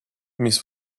mis